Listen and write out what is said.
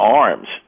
arms